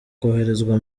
koherezwa